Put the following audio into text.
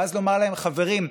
ואז לומר להם: חברים,